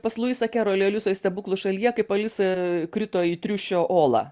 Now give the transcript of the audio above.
pas luisą keroli alisoj stebuklų šalyje kaip alisa krito į triušio olą